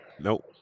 Nope